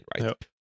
right